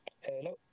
Hello